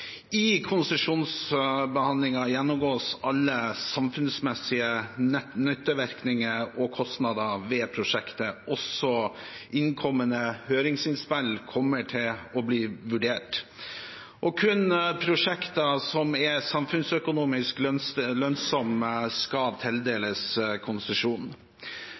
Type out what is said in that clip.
I konsesjonsbehandlingen gjennomgås alle samfunnsmessige nyttevirkninger og kostnader ved prosjektet. Også innkommende høringsinnspill kommer til å bli vurdert. Kun prosjekter som er samfunnsøkonomisk lønnsomme, skal tildeles konsesjon.